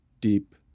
deep